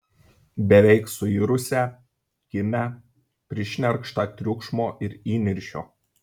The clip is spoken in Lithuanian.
beveik suirusią kimią prišnerkštą triukšmo ir įniršio